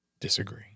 disagree